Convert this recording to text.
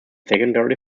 secondary